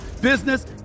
business